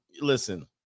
listen